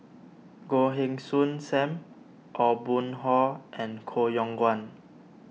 Goh Heng Soon Sam Aw Boon Haw and Koh Yong Guan